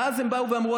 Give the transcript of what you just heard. ואז הם באו ואמרו,